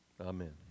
Amen